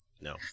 No